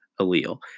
allele